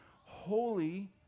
Holy